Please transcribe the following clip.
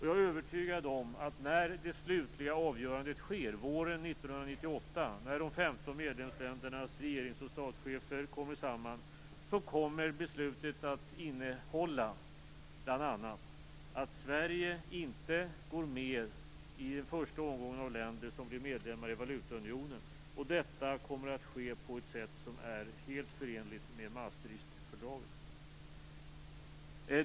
Jag är övertygad om att när det slutliga avgörandet sker våren 1998, då de 15 medlemsländernas regerings och statschefer kommer samman, kommer beslutet att innehålla bl.a. att Sverige inte går med i en första omgång av länder som blir medlemmar i valutaunionen. Detta kommer att ske på ett sätt som är helt förenligt med Maastrichtfördraget.